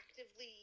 actively